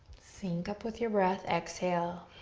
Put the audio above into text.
sync up with your breath, exhale.